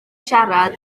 siarad